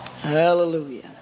Hallelujah